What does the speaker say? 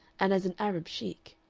and as an arab sheik.